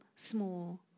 small